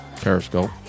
periscope